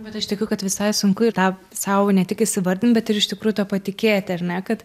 bet aš tikiu kad visai sunku ir tą sau ne tik įsivardint bet ir iš tikrųjų tuo patikėti ar ne kad